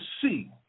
see